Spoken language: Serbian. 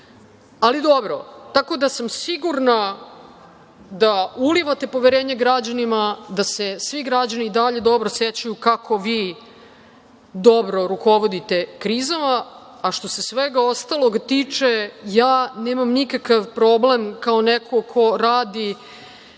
Ali dobro tako da, sigurna sam da ulivate poverenje građanima, da se svi građani i dalje dobro sećaju kako vi dobro rukovodite krizama.A što se svega ostalog tiče, ja nemam nikakav problem, kao neko ko radi